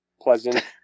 Pleasant